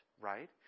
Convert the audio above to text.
right